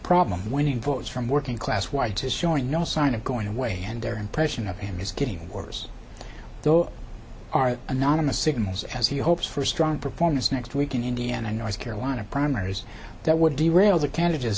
problem winning votes from working class whites is showing no sign of going away and their impression of him is getting worse though are anonymous signals as he hopes for a strong performance next week in indiana north carolina primaries that would derail the candida